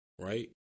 right